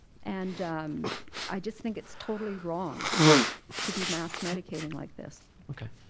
and i just think it's totally wrong to be mass medicating like this. okay,